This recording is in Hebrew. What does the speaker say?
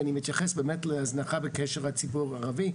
ואני מתייחס באמת בקשר להזנחה בציבור הערבי,